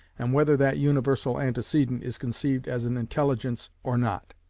and whether that universal antecedent is conceived as an intelligence or not.